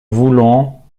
voulons